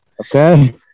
okay